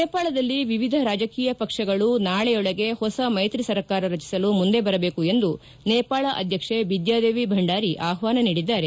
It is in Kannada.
ನೇಪಾಳದಲ್ಲಿ ವಿವಿಧ ರಾಜಕೀಯ ಪಕ್ಷಗಳು ನಾಳೆಯೊಳಗೆ ಹೊಸ ಮೈತ್ರಿ ಸರ್ಕಾರ ರಚಿಸಲು ಮುಂದೆ ಬರಬೇಕು ಎಂದು ನೇಪಾಳ ಅಧ್ಯಕ್ಷೆ ಬಿದ್ವಾದೇವಿ ಭಂಡಾರಿ ಆಹ್ವಾನ ನೀಡಿದ್ದಾರೆ